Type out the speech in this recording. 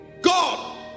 God